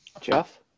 Jeff